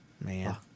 Man